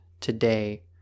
today